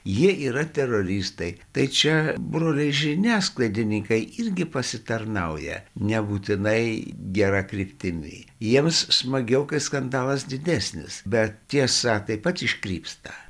jie yra teroristai tai čia broliai žiniasklaidininkai irgi pasitarnauja nebūtinai gera kryptimi jiems smagiau kai skandalas didesnis bet tiesa taip pat iškrypsta